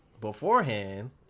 Beforehand